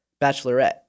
bachelorette